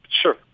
sure